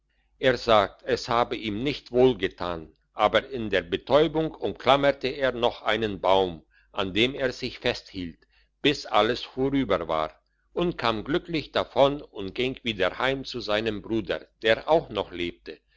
er sagt es habe ihm nicht wohlgetan aber in der betäubung umklammerte er noch einen baum an dem er sich festhielt bis alles vorüber war und kam glücklich davon und ging wieder heim zu seinem bruder der auch noch lebte